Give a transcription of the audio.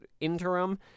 interim